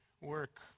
work